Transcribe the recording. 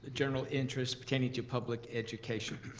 ah general interests pertaining to public education.